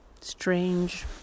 Strange